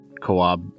co-op